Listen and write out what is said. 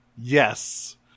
Yes